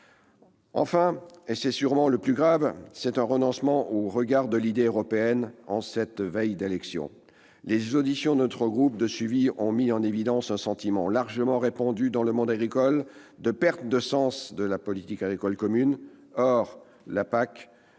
Enfin, et c'est sûrement le plus grave, c'est un renoncement au regard de l'idée européenne en cette veille d'élections. Les auditions de notre groupe de suivi ont mis en évidence un sentiment, largement répandu dans le monde agricole, de perte de sens de la politique agricole commune. Or la PAC